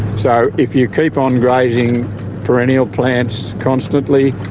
so if you keep on grazing perennial plants constantly,